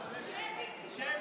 שמית.